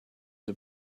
the